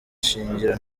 shingiro